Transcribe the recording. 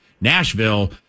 Nashville